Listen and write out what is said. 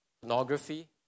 Pornography